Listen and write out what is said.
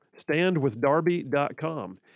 StandWithDarby.com